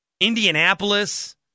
Indianapolis